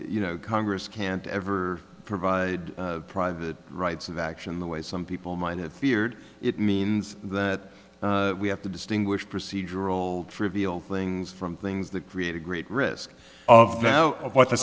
you know congress can't ever provide private rights of action the way some people might have feared it means that we have to distinguish procedural trivial things from things that create a great risk of